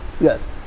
Yes